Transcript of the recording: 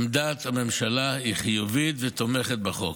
עמדת הממשלה היא חיובית ותומכת בחוק.